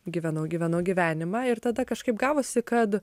gyvenau gyvenau gyvenimą ir tada kažkaip gavosi kad